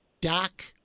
Doc